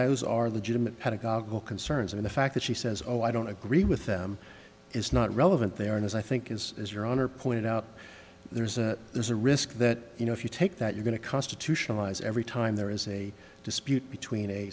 those are legitimate pedagog concerns or the fact that she says oh i don't agree with them it's not relevant there and as i think is is your honor pointed out there's a there's a risk that you know if you take that you're going to constitutionalized every time there is a dispute between a